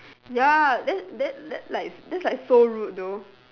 ya that's that's that's like so rude though